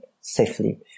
safely